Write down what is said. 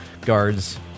guard's